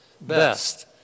best